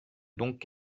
donc